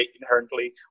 inherently